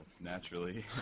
naturally